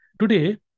Today